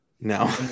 No